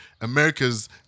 America's